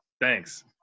thanks